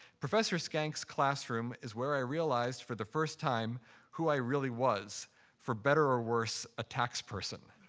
professor schenk's classroom is where i realized for the first time who i really was for better or worse, a tax person.